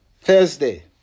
Thursday